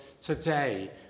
today